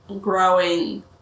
growing